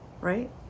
right